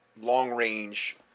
long-range